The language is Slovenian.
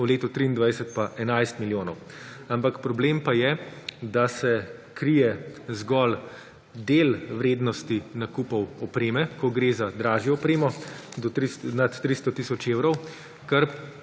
v letu 2023 pa 11 milijonov. Ampak problem pa je, da se krije zgolj del vrednosti nakupov opreme, ko gre za dražjo opremo nad 300 tisoč evrov, kar